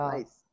Nice